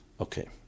okay